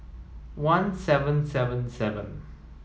one seven seven seven